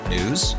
News